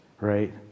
Right